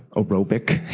aerobic.